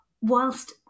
whilst